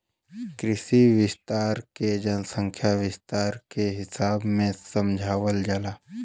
कृषि विस्तार के जनसंख्या विस्तार के हिसाब से समझावल जाला